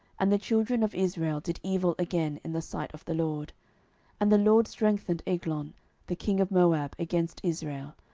and the children of israel did evil again in the sight of the lord and the lord strengthened eglon the king of moab against israel,